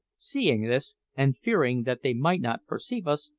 seeing this, and fearing that they might not perceive us,